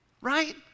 right